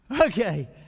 Okay